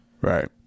Right